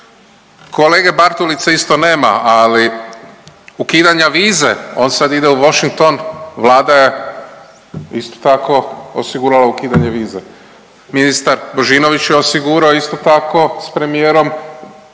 Kolege Bartulice isto nema, ali ukidanja vize, on sad ide u Washington, Vlada je isto tako osigurala ukidanje vize, ministar Božinović je osigurao isto tako s premijerom